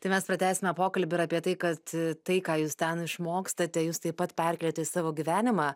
tai mes pratęsime pokalbį ir apie tai kad tai ką jūs ten išmokstate jūs taip pat perkeliat į savo gyvenimą